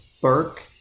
Burke